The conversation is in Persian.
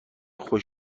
خوش